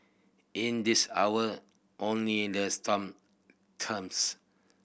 in this hour only in the terms